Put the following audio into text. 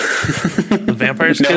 Vampires